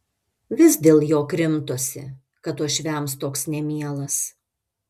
vis dėl jo krimtosi kad uošviams toks nemielas